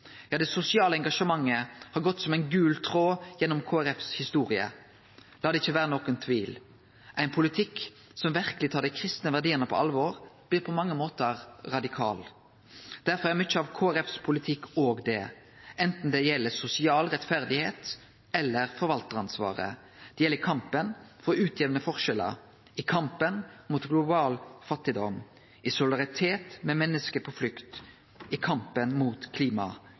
Ja, det sosiale engasjementet har gått som ein gul tråd gjennom Kristeleg Folkepartis historie. La det ikkje vere nokon tvil: Ein politikk som verkeleg tar dei kristne verdiane på alvor, blir på mange måtar radikal. Derfor er mykje av Kristeleg Folkepartis politikk òg det, anten det gjeld sosial rettferd eller forvaltaransvaret. Det gjeld i kampen for å utjamne forskjellar, i kampen mot global fattigdom, i solidaritet med menneske på flukt, i kampen mot